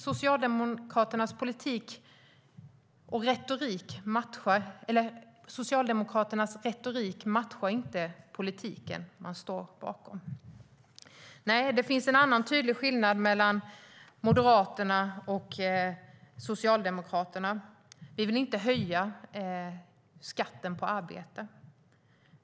Socialdemokraternas retorik matchar inte politiken de står bakom. Det finns en annan tydlig skillnad mellan Moderaterna och Socialdemokraterna. Vi vill inte höja skatten på arbete.